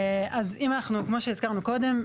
כמו שהזכרנו קודם,